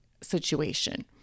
situation